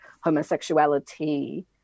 homosexuality